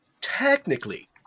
technically